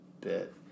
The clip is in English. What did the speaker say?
bit